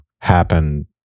happen